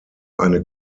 eine